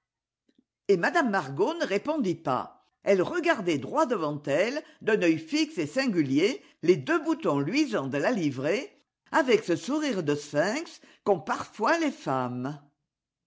et m margot ne répondit pas elle regardait droit devant elle d'un œil fixe et singulier les deux boutons luisants de la livrée avec ce sourire de sphinx qu'ont parfois les femmes